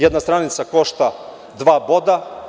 Jedna stranica košta dva boda.